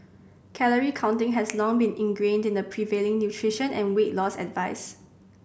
calorie counting has long been ingrained in the prevailing nutrition and weight loss advice